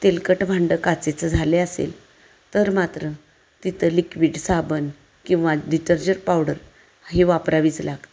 तेलकट भांडं काचेचं झाले असेल तर मात्र तिथं लिक्विड साबण किंवा डिटर्जंट पावडर ही वापरावीच लागते